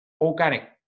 organic